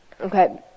Okay